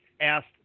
asked